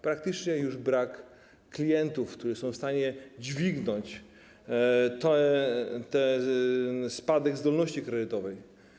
Praktycznie już brak klientów, którzy są w stanie dźwignąć ten spadek zdolności kredytowej.